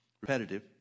repetitive